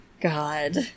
God